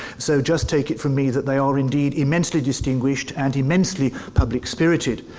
so just take it from me that they are indeed immensely distinguished, and immensely public spirited.